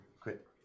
Quit